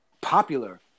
popular